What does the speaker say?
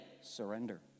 Surrender